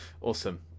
awesome